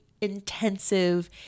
intensive